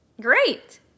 great